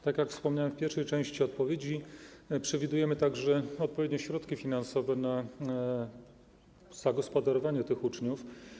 Tak jak wspominałem w pierwszej części odpowiedzi, przewidujemy także odpowiednie środki finansowe na zagospodarowanie tych uczniów.